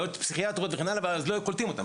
בעיות פסיכיאטריות וכן הלאה אז לא היו קולטים אותם,